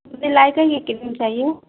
مجھے لائکا ہی کریم چاہیے